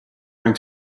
going